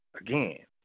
Again